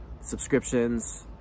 subscriptions